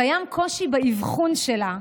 קיים קושי באבחון שלה,